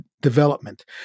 development